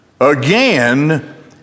again